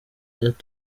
tuzajya